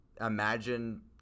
imagine